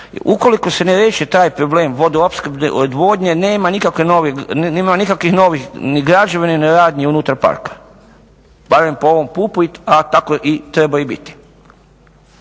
Ukoliko se ne riješi taj problem vodoopskrbne odvodnje nema nikakvih novih ni građevina ni radnji unutar parka. Barem po ovom PUP-u, a tako treba i biti.